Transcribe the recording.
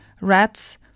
rats